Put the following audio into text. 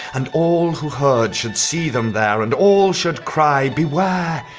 and all who heard should see them there and all should cry, beware!